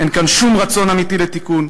אין כאן שום רצון אמיתי לתיקון,